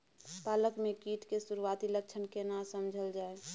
पालक में कीट के सुरआती लक्षण केना समझल जाय?